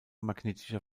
magnetischer